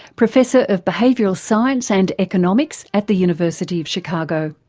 professor of behavioural science and economics at the university of chicago.